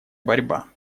борьба